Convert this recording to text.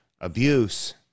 abuse